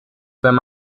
wenn